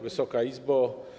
Wysoka Izbo!